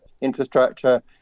infrastructure